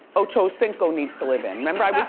ochocinco needs to live in. remember, i was